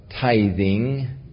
tithing